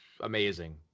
Amazing